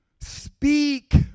Speak